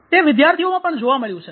તે વિદ્યાર્થીઓમાં પણ જોવા મળ્યું છે